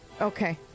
Okay